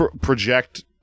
project